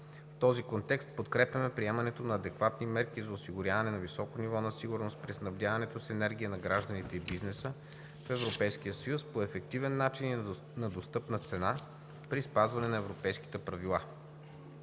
В този контекст подкрепяме предприемането на адекватни мерки за осигуряване на високо ниво на сигурност при снабдяването с енергия на гражданите и бизнеса в Европейския съюз по ефективен начин и на достъпна цена, при спазване на европейските правила.